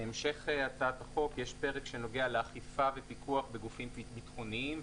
בהמשך הצעת החוק יש פרק שנוגע לאכיפה ופיקוח בגופים ביטחוניים,